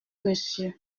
monsieur